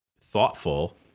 thoughtful